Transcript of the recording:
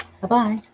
Bye-bye